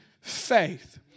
faith